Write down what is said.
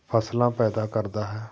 ਫਸਲਾਂ ਪੈਦਾ ਕਰਦਾ ਹੈ